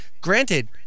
granted